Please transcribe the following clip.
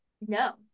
No